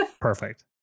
perfect